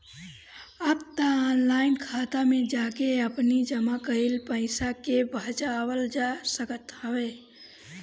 अब तअ ऑनलाइन खाता में जाके आपनी जमा कईल पईसा के भजावल जा सकत हवे